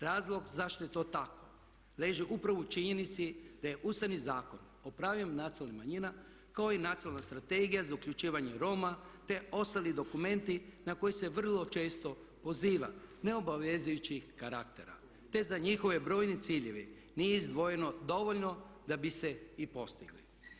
Razlog zašto je to tako leži upravo u činjenici da je Ustavni zakon o pravima nacionalnih manjina kao i Nacionalna strategija za uključivanje Roma, te ostali dokumenti na koje se vrlo često poziva ne obavezujućih karaktera, te za njihove brojne ciljeve nije izdvojeno dovoljno da bi se i postigli.